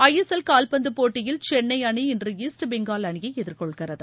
ஐ S L கால்பந்து போட்டியில் சென்னை அணி இன்று ஈஸ்ட் பெங்கால் அணியை எதிர்கொள்கிறது